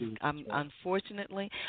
unfortunately